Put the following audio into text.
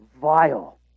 vile